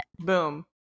Boom